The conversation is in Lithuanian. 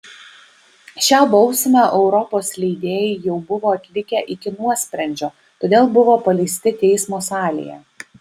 šią bausmę europos leidėjai jau buvo atlikę iki nuosprendžio todėl buvo paleisti teismo salėje